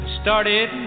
started